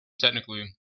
technically